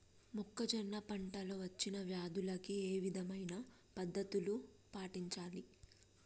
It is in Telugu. మొక్కజొన్న పంట లో వచ్చిన వ్యాధులకి ఏ విధమైన పద్ధతులు పాటించాలి?